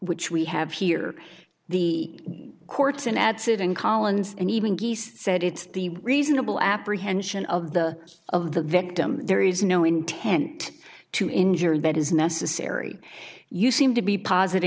which we have here the courts and adsit and collins and even geese said it's the reasonable apprehension of the of the victim there is no intent to injure that is necessary you seem to be positi